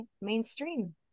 mainstream